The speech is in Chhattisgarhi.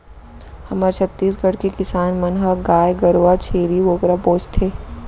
हमर छत्तीसगढ़ के किसान मन ह गाय गरूवा, छेरी बोकरा पोसथें